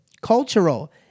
cultural